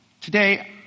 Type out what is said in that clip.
Today